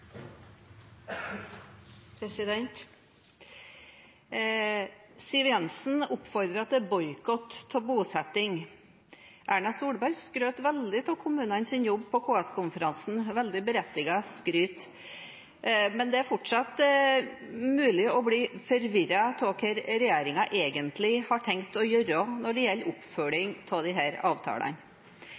Siv Jensen oppfordret til boikott av bosetting. Erna Solberg skrøt veldig av kommunenes jobb på KS-konferansen – veldig berettiget skryt – men det er fortsatt mulig å bli forvirret av hva regjeringen egentlig har tenkt å gjøre når det gjelder oppfølging av disse avtalene.